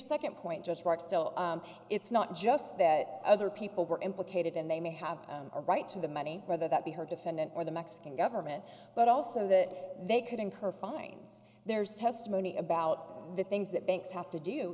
second point judge mark still it's not just that other people were implicated and they may have a right to the money whether that be her defendant or the mexican government but also that they could incur fines there's testimony about the things that banks have to do